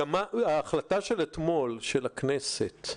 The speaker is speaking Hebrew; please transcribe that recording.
ההחלטה של אתמול, של הכנסת,